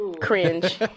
Cringe